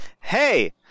Hey